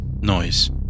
noise